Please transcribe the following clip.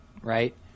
Right